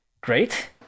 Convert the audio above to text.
great